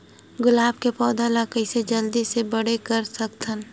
गुलाब के पौधा ल कइसे जल्दी से बड़े कर सकथन?